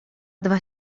dwa